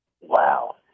Wow